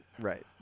Right